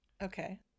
Okay